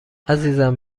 عزیزم